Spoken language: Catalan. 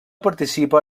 participa